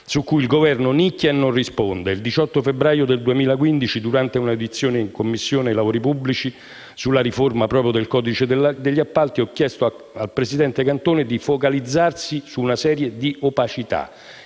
su cui il Governo nicchia e non risponde. Il 18 febbraio 2015, durante un'audizione in Commissione lavori pubblici, proprio sulla riforma del codice degli appalti, ho chiesto al presidente Cantone di focalizzarsi su una serie di opacità.